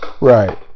Right